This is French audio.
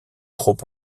trop